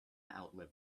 outlive